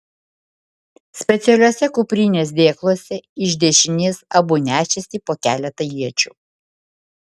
specialiuose kuprinės dėkluose iš dešinės abu nešėsi po keletą iečių